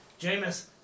Jameis